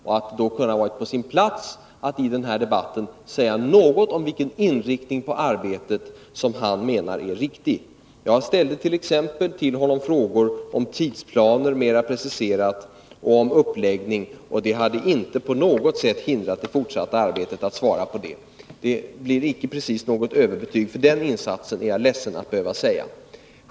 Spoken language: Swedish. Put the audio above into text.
Det kunde då ha varit på sin plats att kommunikationsministern sagt något om vilken inriktning av arbetet han menar vara riktig. Jag ställde exempelvis till kommunikationsministern frågor om mera preciserade tidsplaner och om uppläggning, och det hade inte på något sätt hindrat det fortsatta arbetet, om kommunikationsministern svarat på detta. Det blir inte precis något överbetyg för den insatsen i alla fall, är jag ledsen att behöva säga.